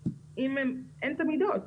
אין את המידות.